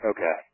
Okay